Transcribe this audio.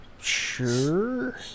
Sure